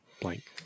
blank